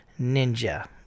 ninja